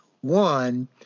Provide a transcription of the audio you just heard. one